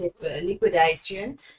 liquidation